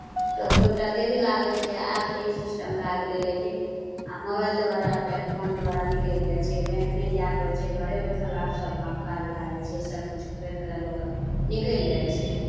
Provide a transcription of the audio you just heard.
तऽ ओ कनि टा देरी लागै छै आब तऽ ई सिस्टम भए गेलैए जे आब मोबाइल द्वारा पे फोन द्वारा निकलि जाइ छै बैंक नहि जाय पड़ै छै घरे बैठल आब सभ काम काज भए जाइ छै सभकिछु करि कऽ लोक निकलि जाइ छै